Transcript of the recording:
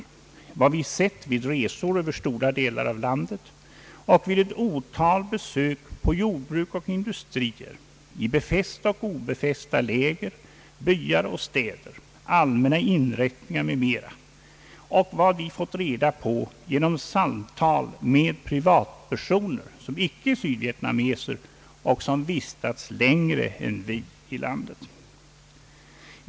Den grundar sig dessutom på vad vi sett vid resor över stora delar av landet och vid ett antal besök på jordbruk och industrier, i befästa och obefästa läger, i byar och städer, allmänna inrättningar m.m., och vad vi fått reda på genom samtal med privatpersoner, som icke är sydvietnameser och som vistats i landet längre än vi gjort.